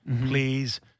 please